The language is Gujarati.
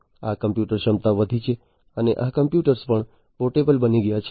આ કોમ્પ્યુટીંગ ક્ષમતા વધી છે અને આ કોમ્પ્યુટરો પણ પોર્ટેબલ બની ગયા છે